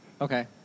Okay